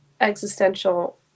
existential